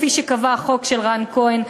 כפי שקבע החוק של רן כהן,